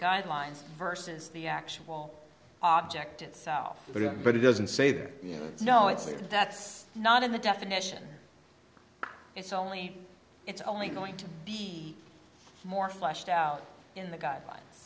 guidelines versus the actual object itself but it doesn't say there you know it's there that's not in the definition it's only it's only going to be more fleshed out in the guidelines